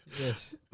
Yes